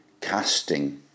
casting